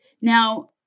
Now